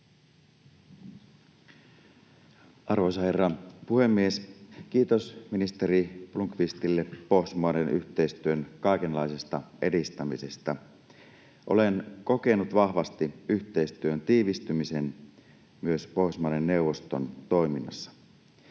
Arvoisa herra puhemies! Kiitos ministeri Blomqvistille Pohjoismaiden yhteistyön kaikenlaisesta edistämisestä. Olen kokenut vahvasti yhteistyön tiivistymisen myös Pohjoismaiden neuvoston toiminnassa.